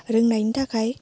रोंनायनि थाखाय